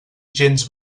gens